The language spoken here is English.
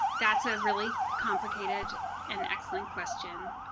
that's a really complicated an excellent question.